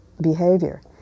behavior